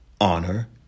honor